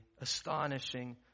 astonishing